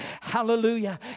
Hallelujah